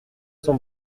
son